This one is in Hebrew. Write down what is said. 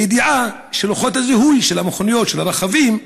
כשהידיעה שלוחיות הזיהוי של המכוניות, של הרכבים,